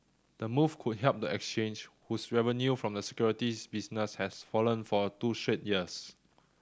the move could help the exchange whose revenue from the securities business has fallen for two straight years